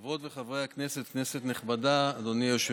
חברות וחברי הכנסת, כנסת נכבדה, אדוני היושב-ראש,